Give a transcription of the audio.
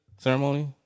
ceremony